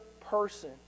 person